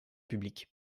public